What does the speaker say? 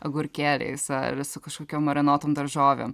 agurkėliais ar su kažkokiom marinuotom daržovėm